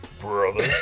brother